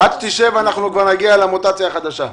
עד שתשב נגיע למוטציה החדשה.